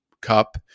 cup